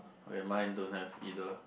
okay mine don't have either